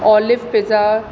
olive pizza